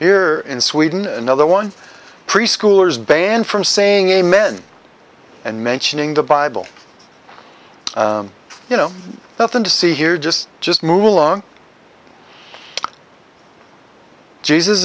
here in sweden another one preschoolers banned from saying amen and mentioning the bible you know nothing to see here just just move along jesus